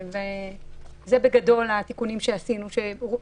אלה התיקונים שעשינו בגדול,